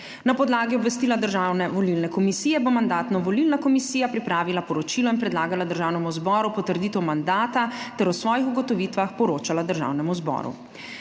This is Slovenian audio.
Na podlagi obvestila Državne volilne komisije bo Mandatno-volilna komisija pripravila poročilo in predlagala Državnemu zboru v potrditev mandata ter o svojih ugotovitvah poročala Državnemu zboru.